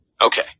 Okay